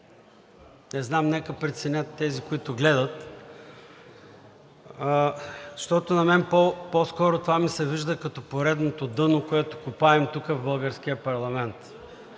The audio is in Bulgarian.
не знам, нека преценят тези, които гледат, защото на мен по-скоро това ми се вижда като поредното дъно, което копаем тук, в българския парламент